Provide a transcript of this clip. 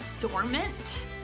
dormant